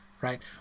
right